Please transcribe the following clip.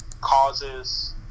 causes